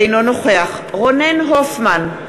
אינו נוכח רונן הופמן,